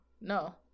No